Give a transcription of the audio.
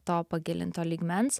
to pagilinto lygmens